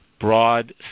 broad